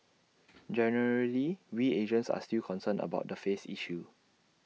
generally we Asians are still concerned about the face issue